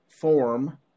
form